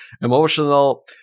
emotional